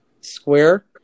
square